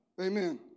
Amen